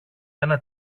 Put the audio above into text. ένα